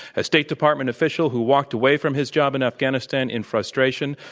a state department official who walked away from his job in afghanistan in frustration,